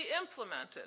implemented